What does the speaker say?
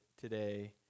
today